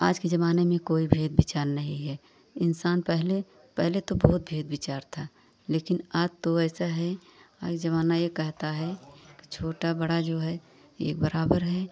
आज के ज़माने में कोई भेद विचार नहीं है इंसान पहले पहले तो बहुत भेद विचार था लेकिन आज तो ऐसा है अब ज़माना यह कहता है कि छोटा बड़ा जो है एक बराबर हैं